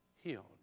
healed